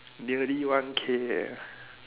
nearly one K leh